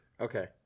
Okay